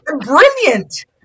brilliant